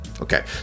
Okay